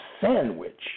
sandwich